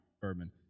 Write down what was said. Bourbon